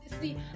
see